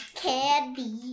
candy